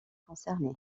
concerné